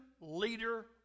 leader